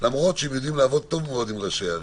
למרות שהם יודעים לעבוד טוב מאוד עם ראשי הערים,